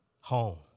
home